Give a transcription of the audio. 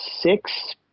six